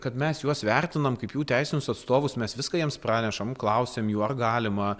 kad mes juos vertinam kaip jų teisinius atstovus mes viską jiems pranešam klausiam jų ar galima